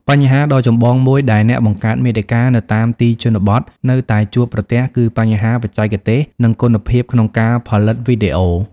បញ្ហាដ៏ចម្បងមួយដែលអ្នកបង្កើតមាតិកានៅតាមទីជនបទនៅតែជួបប្រទះគឺ បញ្ហាបច្ចេកទេស និងគុណភាព ក្នុងការផលិតវីដេអូ។